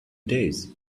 days